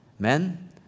Men